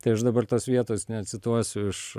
tai aš dabar tos vietos necituosiu iš